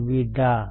अलविदा